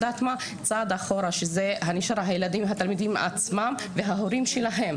את התלמידים עצמם ואת ההורים שלהם.